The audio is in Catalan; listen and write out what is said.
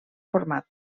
format